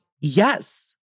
yes